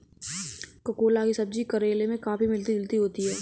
ककोला की सब्जी करेले से काफी मिलती जुलती होती है